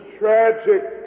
tragic